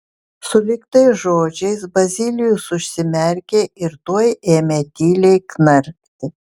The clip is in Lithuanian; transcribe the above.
sulig tais žodžiais bazilijus užsimerkė ir tuoj ėmė tyliai knarkti